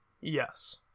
Yes